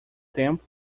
tempo